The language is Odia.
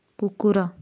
କୁକୁର